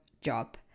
job